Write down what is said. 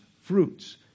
fruits